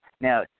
Now